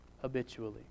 habitually